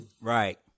Right